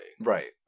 Right